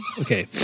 Okay